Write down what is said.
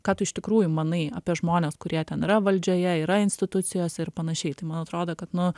ką tu iš tikrųjų manai apie žmones kurie ten yra valdžioje yra institucijose ir panašiai tai man atrodo kad nu